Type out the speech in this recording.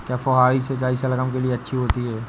क्या फुहारी सिंचाई शलगम के लिए अच्छी होती है?